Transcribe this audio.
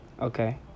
Okay